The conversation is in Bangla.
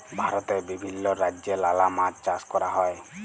ভারতে বিভিল্য রাজ্যে লালা মাছ চাষ ক্যরা হ্যয়